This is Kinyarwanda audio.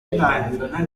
ibanga